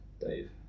Dave